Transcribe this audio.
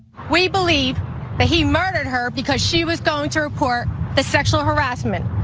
we believe that he murdered her, because she was going to report the sexual harassment.